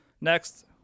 Next